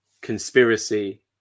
conspiracy